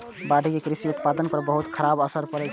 बाढ़ि के कृषि उत्पादन पर बहुत खराब असर पड़ै छै